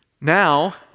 Now